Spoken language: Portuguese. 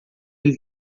ele